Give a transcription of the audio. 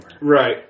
Right